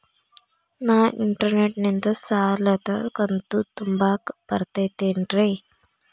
ನಾ ಇಂಟರ್ನೆಟ್ ನಿಂದ ಸಾಲದ ಕಂತು ತುಂಬಾಕ್ ಬರತೈತೇನ್ರೇ?